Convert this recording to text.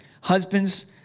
Husbands